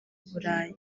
burayi